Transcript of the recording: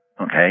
Okay